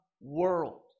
world